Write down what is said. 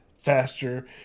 faster